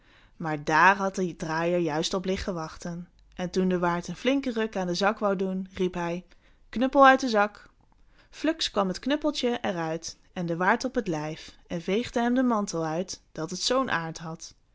maar dààr had de draaier juist op liggen wachten en toen de waard een flinken ruk aan de zak wou doen riep hij knuppel uit de zak fluks kwam het knuppeltje er uit en den waard op het lijf en veegde hem den mantel uit dat het zoo'n aard had